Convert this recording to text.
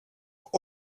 have